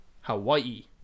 Hawaii